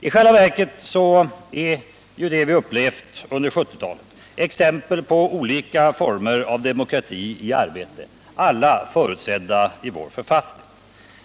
I själva verket är det vi upplevt under 1970-talet exempel på olika former av demokrati i arbete, alla förutsedda i vår författning.